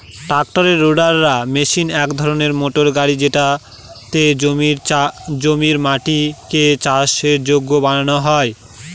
ট্রাক্টরের rotator machine এক ধরনের মোটর গাড়ি যেটাতে জমির মাটিকে চাষের যোগ্য বানানো হয়